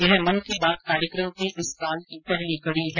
यह मन की बात कार्यक्रम की इस साल की पहली कड़ी है